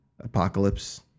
Apocalypse